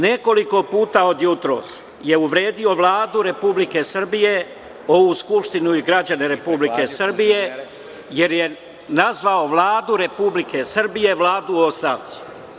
Nekoliko puta od jutros je uvredio Vladu Republike Srbije, ovu Skupštinu i građane Republike Srbije, jer je nazvao Vladu Republike Srbije vladom u ostavci.